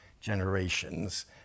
generations